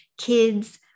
kids